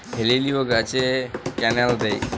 হেলিলিও গাছে ক্যানেল দেয়?